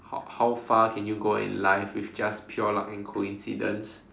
how how far can you go in life with just pure luck and coincidence